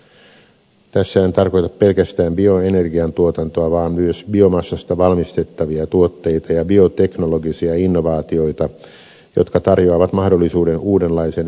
tässä en tarkoita pelkästään bioenergian tuotantoa vaan myös biomassasta valmistettavia tuotteita ja bioteknologisia innovaatioita jotka tarjoavat mahdollisuuden uudenlaisen yritystoiminnan kehittämiselle